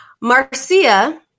Marcia